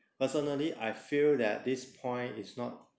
personally I feel that this point is not